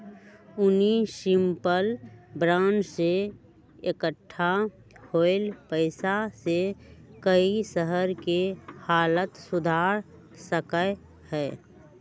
municipal bond से इक्कठा होल पैसा से कई शहर के हालत सुधर सका हई